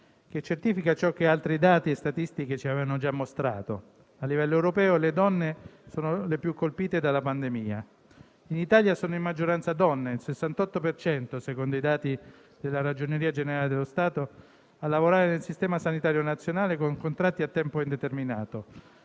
che certifica ciò che altri dati e statistiche ci avevano già mostrato. A livello europeo le donne sono le più colpite dalla pandemia. In Italia sono in maggioranza donne (il 68 per cento, secondo i dati della Ragioneria generale dello Stato) a lavorare nel Sistema sanitario nazionale con contratti a tempo indeterminato;